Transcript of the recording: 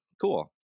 Cool